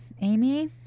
Amy